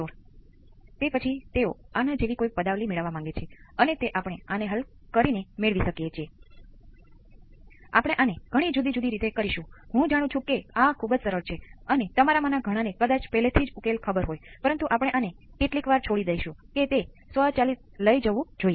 મારી પાસે બીજું કેપેસિટર અને C1 માથી વિદ્યુત પ્રવાહ જોશું આ કુલ કેપેસિટર C દ્વારા વિદ્યુત પ્રવાહ